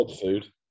food